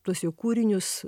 tuos jo kūrinius